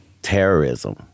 terrorism